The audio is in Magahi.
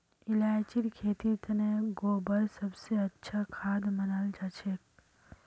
इलायचीर खेतीर तने गोबर सब स अच्छा खाद मनाल जाछेक